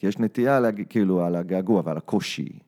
‫יש נטייה כאילו על הגעגוע ועל הקושי.